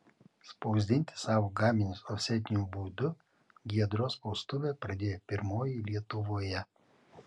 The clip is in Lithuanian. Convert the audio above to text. spausdinti savo gaminius ofsetiniu būdu giedros spaustuvė pradėjo pirmoji lietuvoje